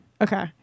Okay